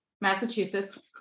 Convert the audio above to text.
Massachusetts